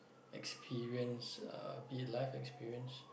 experience uh be it life experience